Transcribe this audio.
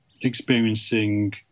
experiencing